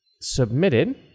submitted